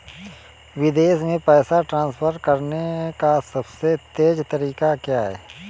विदेश में पैसा ट्रांसफर करने का सबसे तेज़ तरीका क्या है?